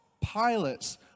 pilots